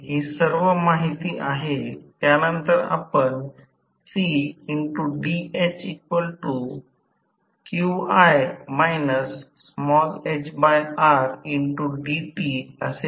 आता कधीकधी कार्य वैशिष्ट्यपूर्णतेचे एक अंदाजे उत्तर मिळवण्यासाठी हे समजणे सोयीचे आहे की स्टेटर प्रतिबाधा नगण्य आहे जे r थेवेनिन 0 x थेव्हनिन 0 त्याकडे दुर्लक्ष केल्यास